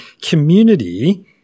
community